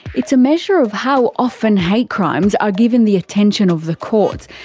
it's a measure of how often hate crimes are given the attention of the courts,